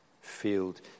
field